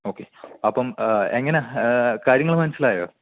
okay അപ്പം എങ്ങനാണ് കാര്യങ്ങൾ മനസ്സിലായോ